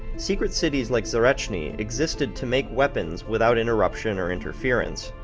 secret cities likes zarechny existed to make weapons without interruption or interference.